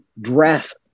draft